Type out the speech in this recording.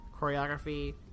choreography